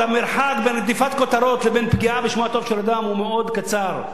המרחק בין רדיפת כותרות לבין פגיעה בשמו הטוב של אדם הוא מאוד קצר,